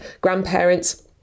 grandparents